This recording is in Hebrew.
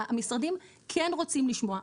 המשרדים כן רוצים לשמוע.